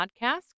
podcast